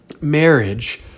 Marriage